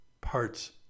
parts